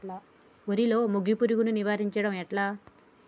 వరిలో మోగి పురుగును నివారించడం ఎట్లా?